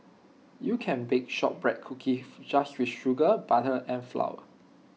you can bake Shortbread Cookies just with sugar butter and flour